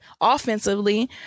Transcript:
offensively